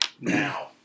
now